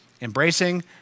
embracing